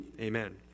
Amen